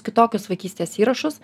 kitokius vaikystės įrašus